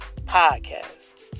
podcast